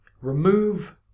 remove